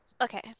Okay